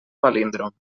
palíndrom